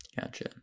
gotcha